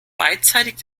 beidseitig